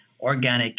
organic